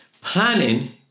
Planning